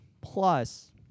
Plus